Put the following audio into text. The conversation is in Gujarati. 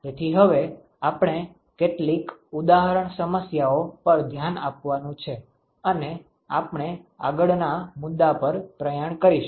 તેથી હવે આપણે કેટલીક ઉદાહરણ સમસ્યાઓ પર ધ્યાન આપવાનું છે અને આપણે આગળના મુદ્દા પર પ્રયાણ કરીશું